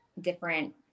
different